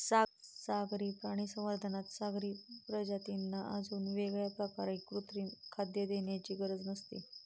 सागरी प्राणी संवर्धनात सागरी प्रजातींना अजून वेगळ्या प्रकारे कृत्रिम खाद्य देण्याची गरज नसते